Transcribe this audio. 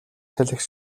салхи